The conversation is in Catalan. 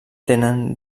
tenen